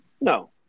No